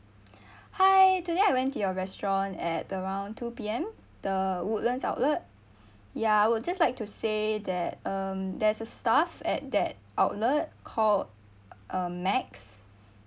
hi today I went to your restaurant at around two P_M the woodlands outlet ya I would just like to say that um there's a staff at that outlet called um max